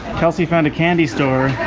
kelsey found a candy store,